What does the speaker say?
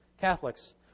Catholics